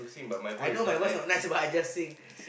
my know my voice not nice but I just sing